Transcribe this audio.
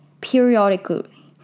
periodically